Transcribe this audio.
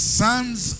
sons